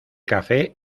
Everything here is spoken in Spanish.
café